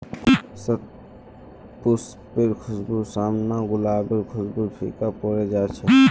शतपुष्पेर खुशबूर साम न गुलाबेर खुशबूओ फीका पोरे जा छ